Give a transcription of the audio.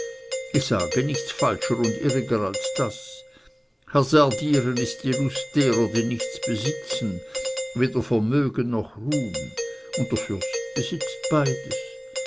ich sage nichts falscher und irriger als das hazardieren ist die lust derer die nichts besitzen weder vermögen noch ruhm und der fürst besitzt beides